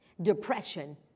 Depression